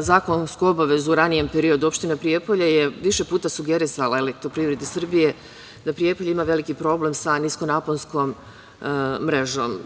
zakonsku obavezu u ranijem periodu, opština Prijepolje je više puta sugerisala Elektroprivredi Srbije da Prijepolje ima veliki problem sa nisko naponskom mrežom.